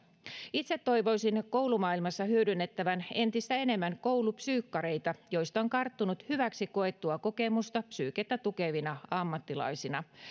itse toivoisin koulumaailmassa hyödynnettävän entistä enemmän koulupsyykkareita joista on karttunut hyväksi koettua kokemusta psyykettä tukevina ammattilaisina